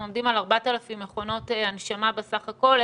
אנחנו עומדים על 4,000 מכונות הנשמה בסך הכול,